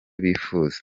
bifuza